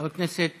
חבר הכנסת